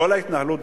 כל ההתנהלות,